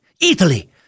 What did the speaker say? Italy